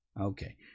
Okay